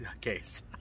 case